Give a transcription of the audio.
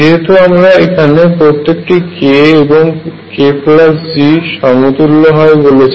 যেহেতু আমরা এখানে প্রত্যেকটি k এবং kG সমতুল্য হয় বলেছি